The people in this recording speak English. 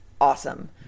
awesome